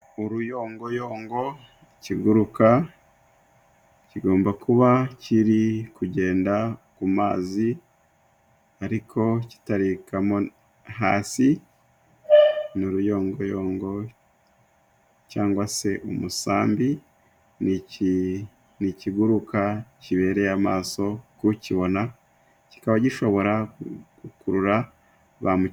Uruyongoyongo ikiguruka kigomba kuba kiri kugenda ku mazi, ariko kitarikamo hasi, ni uruyongoyongo cyangwa se umusambi, ni ikiguruka kibereye amaso ku ukibona kikaba gishobora gukurura ba.